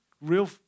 real